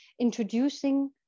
introducing